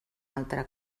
altre